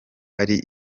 ari